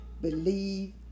believe